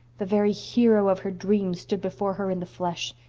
the very hero of her dreams stood before her in the flesh.